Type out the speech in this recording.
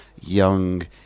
young